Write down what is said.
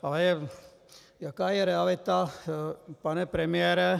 Ale jaká je realita, pane premiére?